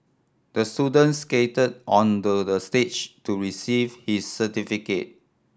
the student skated onto the stage to receive his certificate